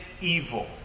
evil